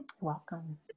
Welcome